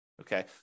Okay